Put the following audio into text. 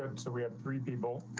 um so we have three people,